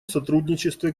сотрудничестве